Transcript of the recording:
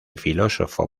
filósofo